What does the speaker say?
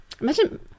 Imagine